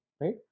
right